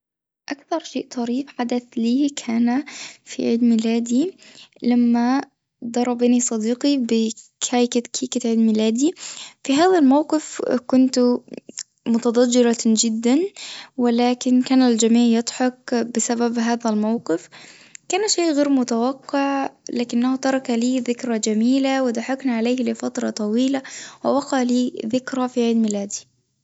أكثر شيء طريف حدث لي كان في عيد ميلادي لما ضربني صديقي بكيك- كيكة عيد ميلادي، في هذا الموقف كنت متضجرة جدًا ولكن كان الجميع يضحك بسبب هذا الموقف، كان شيء غير متوقع لكنه ترك لي ذكرى جميلة وضحكنا عليه لفترة طويلة، ووقع لي ذكرى بعيد ميلادي.